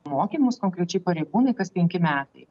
mokymus konkrečiai pareigūnai kas penki metai